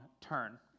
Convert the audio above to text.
turn